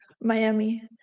Miami